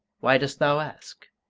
why dost thou ask?